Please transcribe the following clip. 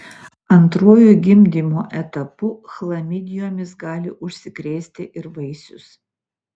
antruoju gimdymo etapu chlamidijomis gali užsikrėsti ir vaisius